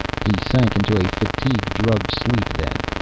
he sank into a fatigue-drugged sleep then,